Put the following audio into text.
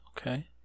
Okay